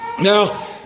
Now